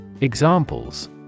Examples